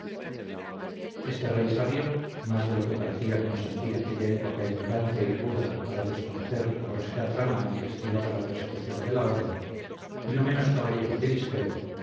este rey sabio más de lo que parecía consentir aquella época ignorante y ruda para desconocer la grosera trama en que estribaba la persecución de la orden y no menos caballero que discreto